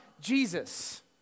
Jesus